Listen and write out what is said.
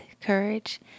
courage